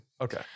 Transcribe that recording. Okay